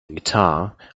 guitar